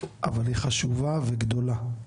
אבל היא חשובה וגדולה.